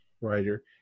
writer